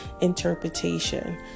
interpretation